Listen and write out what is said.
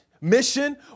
Mission